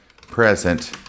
present